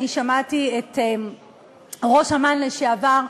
שמעתי את ראש אמ"ן לשעבר,